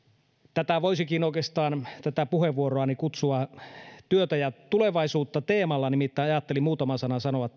tätä puheenvuoroani voisikin oikeastaan kutsua työtä ja tulevaisuutta teemaiseksi nimittäin ajattelin muutaman sanan sanoa